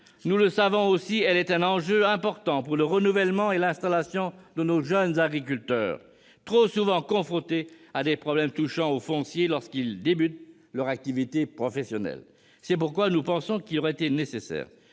Elle est aussi un enjeu important pour le renouvellement et l'installation de nos jeunes agriculteurs, trop souvent confrontés à des problèmes touchant au foncier, lorsqu'ils commencent leur activité professionnelle. C'est pourquoi il nous aurait semblé nécessaire